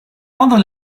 other